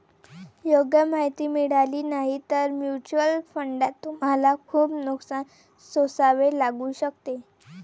योग्य माहिती मिळाली नाही तर म्युच्युअल फंडात तुम्हाला खूप नुकसान सोसावे लागू शकते